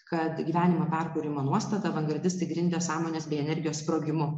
kad gyvenimo perkūrimo nuostata avangardistai grindė sąmonės bei energijos sprogimu